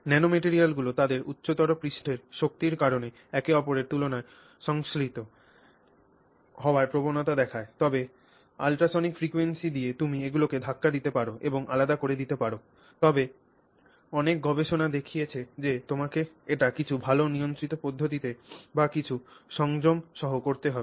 ন্যানোম্যাটেরিয়ালগুলি তাদের উচ্চতর পৃষ্ঠ শক্তির কারণে একে অপরের তুলনায় সংশ্লেষিত হওয়ার প্রবণতা দেখায় তবে ultrasonic frequencies দিয়ে তুমি এগুলিকে ধাক্কা দিতে পার এবং আলাদা করে দিতে পার তবে অনেক গবেষণা দেখিয়েছে যে তোমাকে এটি কিছু ভাল নিয়ন্ত্রিত পদ্ধতিতে বা কিছুটা সংযম সহ করতে হবে